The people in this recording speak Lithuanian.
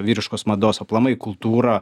vyriškos mados aplamai kultūra